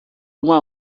uma